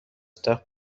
تخت